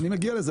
אני מגיע לזה.